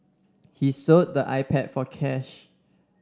he sold the iPad for cash